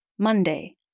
Monday